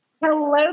Hello